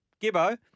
Gibbo